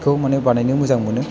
खौ माने बानायनो मोजां मोनो